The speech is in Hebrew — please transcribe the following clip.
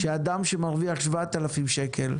שאדם שמרוויח 7,000 שקל,